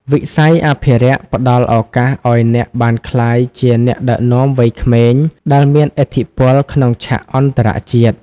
ស័យអភិរក្សផ្តល់ឱកាសឱ្យអ្នកបានក្លាយជាអ្នកដឹកនាំវ័យក្មេងដែលមានឥទ្ធិពលក្នុងឆាកអន្តរជាតិ។